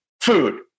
food